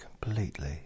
completely